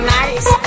nice